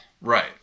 Right